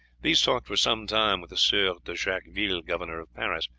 these talked for some time with the sieur de jacqueville, governor of paris,